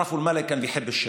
כפי שאתם יודעים, המלך אהב שירה,